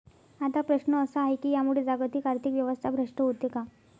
आता प्रश्न असा आहे की यामुळे जागतिक आर्थिक व्यवस्था भ्रष्ट होते का?